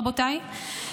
רבותיי,